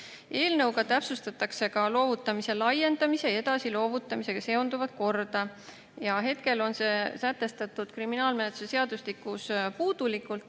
Eelnõuga täpsustatakse ka loovutamise laiendamise ja edasi loovutamisega seonduvat korda. Hetkel on see sätestatud kriminaalmenetluse seadustikus puudulikult